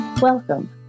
Welcome